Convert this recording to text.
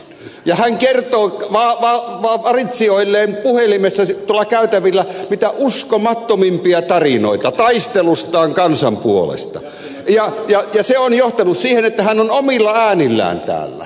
ja hän kertoo valitsijoilleen puhelimessa tuolla käytävillä mitä uskomattomimpia tarinoita taistelustaan kansan puolesta ja se on johtanut siihen että hän on omilla äänillään täällä